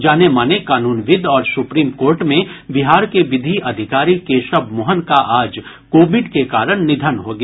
जानेमाने कानूनविद् और सुप्रीम कोर्ट में बिहार के विधि अधिकारी केशव मोहन का आज कोविड के कारण निधन हो गया